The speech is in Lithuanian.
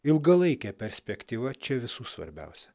ilgalaikė perspektyva čia visų svarbiausia